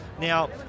now